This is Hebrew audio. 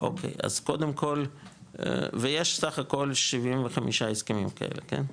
אוקי ויש סך הכול 75 הסכמים כאלה, כן?